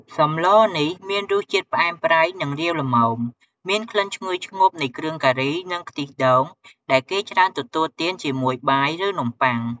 សម្លនេះ មានរសជាតិផ្អែមប្រៃ និងរាវល្មម មានក្លិនឈ្ងុយឈ្ងប់នៃគ្រឿងការី និងខ្ទិះដូង ដែលគេច្រើនទទួលទានជាមួយបាយ ឬនំប៉័ង។